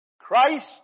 Christ